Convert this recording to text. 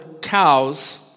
cows